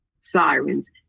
sirens